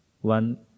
one